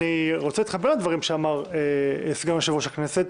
אני רוצה להתחבר לדברים שאמר סגן יושב-ראש הכנסת,